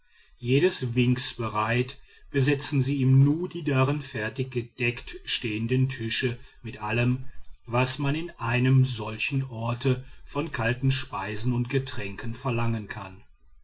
jedes winks bereit besetzen sie im nu die darin fertig gedeckt stehenden tische mit allem was man an einem solchen orte von kalten speisen und getränken verlangen kann